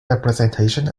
representation